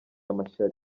amashyari